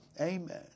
amen